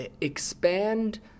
expand